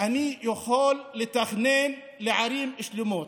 אני יכול לתכנן ערים שלמות.